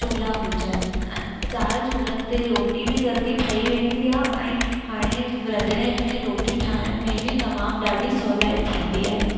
चूल्हा हुजनि चारि चूल्हनि ते रोटी बि जल्दी ठही वेंदी आहे ऐं हाणे रंधिणे में रोटी ठाहिण में बि तमामु ॾाढी सहुलाई थींदी आहे